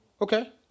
Okay